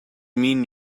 mean